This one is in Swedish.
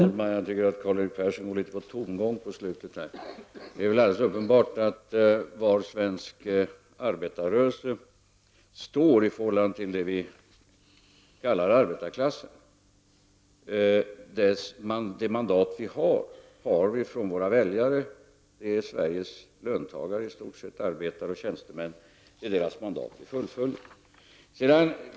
Herr talman! Jag tycker att Karl-Erik Persson gick litet på tomgång på slutet. Det är väl alldeles uppenbart var svensk arbetarrörelse står i förhållande till det vi kallar arbetarklassen. Våra mandat har vi fått av våra väljare. Det är istort sett Sveriges löntagare, arbetare och tjänstemän. Det är deras mandat vi fullföljer.